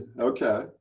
Okay